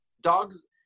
Dogs